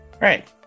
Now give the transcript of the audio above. Right